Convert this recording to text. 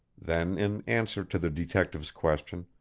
then, in answer to the detective's question,